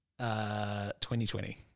2020